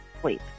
sleep